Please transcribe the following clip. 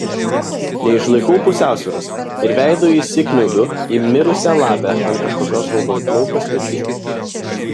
neišlaikau pusiausvyros ir veidu įsikniaubiu į mirusią lapę ant kažkokios raudonplaukės pečių